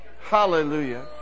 Hallelujah